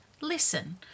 listen